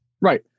Right